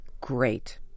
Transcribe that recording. great